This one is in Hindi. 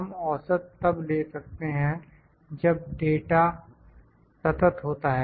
हम औसत तब ले सकते हैं जब डाटा सतत होता है